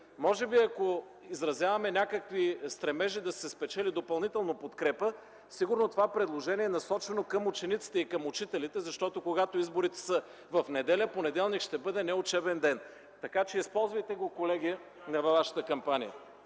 Може би, ако изразяваме някакви стремежи да се спечели допълнително подкрепа, сигурно това предложение е насочено към учениците и към учителите, защото, когато изборите са в неделя, понеделник ще бъде неучебен ден. Така че, използвайте го, колеги, във вашата кампания.